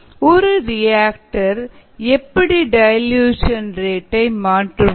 ஒரு ரியாக்டரில் எப்படி டயல்யூஷன் ரேட் டை மாற்றுவது